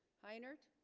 hi nerd